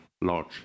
large